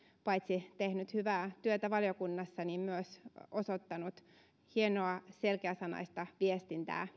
paitsi tehnyt hyvää työtä valiokunnassa myös osoittanut julkisuudessa hienoa selkeäsanaista viestintää